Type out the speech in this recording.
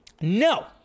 no